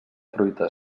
fruita